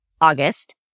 August